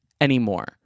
anymore